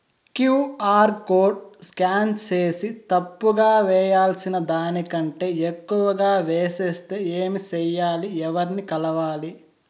QR code scan సేసి తప్పు గా వేయాల్సిన దానికంటే ఎక్కువగా వేసెస్తే ఏమి సెయ్యాలి? ఎవర్ని కలవాలి?